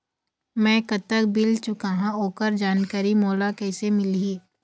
मैं कतक बिल चुकाहां ओकर जानकारी मोला कइसे मिलही?